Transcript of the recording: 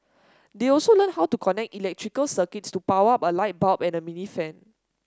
they also learnt how to connect electrical circuits to power up a light bulb and a mini fan